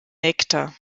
nektar